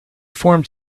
formed